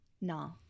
No